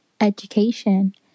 education